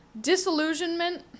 Disillusionment